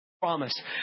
promise